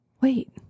Wait